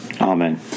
Amen